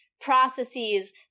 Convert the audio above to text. processes